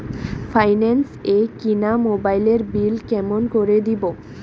Finance এ কিনা মোবাইলের বিল কেমন করে দিবো?